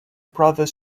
brother